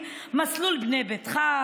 בשר תותחים,